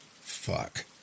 Fuck